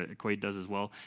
ah qwade does, as well.